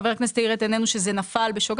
חבר הכנסת האיר את עינינו לכך שזה נפל בשוגג,